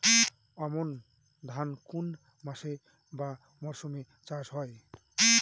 আমন ধান কোন মাসে বা মরশুমে চাষ হয়?